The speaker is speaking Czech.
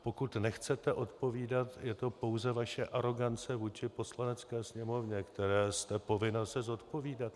Pokud nechcete odpovídat, je to pouze vaše arogance vůči Poslanecké sněmovně, které jste povinna se zodpovídat.